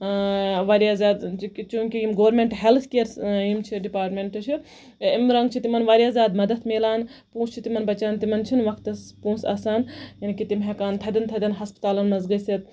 واریاہ زیادٕ چوٗنکہِ یِم گورمینٹ ہٮ۪لٕتھ کِیر یِم چھِ ڈِپارٹمینٹہٕ چھِ اَمہِ رنگہٕ چھ تِمن واریاہ زیادٕ مدتھ ملان پونسہٕ چھ تِمن بَچان تِمن چھنہٕ وقتَس پونسہٕ آسان یعنے کہِ تِم ہٮ۪کان تھدین تھدین ہَسپَتالَن گژھِتھ